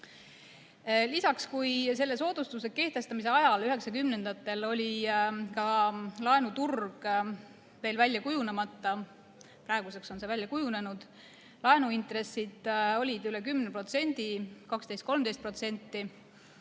Lisaks, selle soodustuse kehtestamise ajal, üheksakümnendatel, oli laenuturg veel välja kujunemata, praeguseks on see välja kujunenud, laenuintressid olid üle 10%, 12–13%.